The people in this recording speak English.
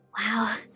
Wow